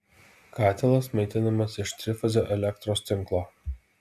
katilas maitinamas iš trifazio elektros tinklo